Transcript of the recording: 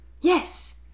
Yes